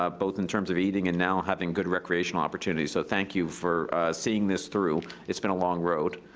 ah both in terms of eating and now having good recreational opportunities. so thank you for seeing this through. it's been a long road.